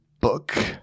book